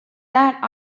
that